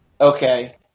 Okay